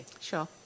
Sure